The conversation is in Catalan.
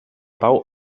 pau